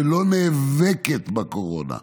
שלא נאבקת בקורונה,